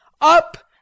Up